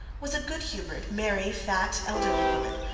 was a good-humoured, merry, fat, elderly woman,